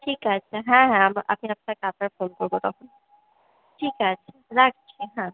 ঠিক আছে হ্যাঁ হ্যাঁ আমি আপনাকে আবার ফোন করবো তখন ঠিক আছে রাখছি হ্যাঁ